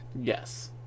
Yes